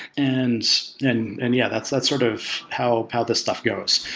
and and and yeah, that's that's sort of how how this stuff goes.